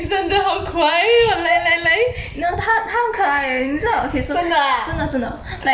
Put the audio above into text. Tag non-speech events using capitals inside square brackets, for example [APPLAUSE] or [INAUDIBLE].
[LAUGHS] no 他他很可爱 eh 你知道 okay so 真的真的 like okay so